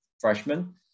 freshman